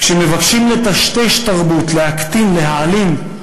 כשמבקשים לטשטש תרבות, להקטין, להעלים,